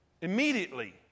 immediately